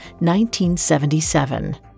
1977